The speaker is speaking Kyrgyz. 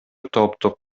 топтук